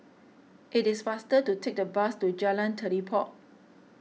it is faster to take the bus to Jalan Telipok